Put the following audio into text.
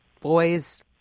boys